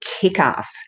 kick-ass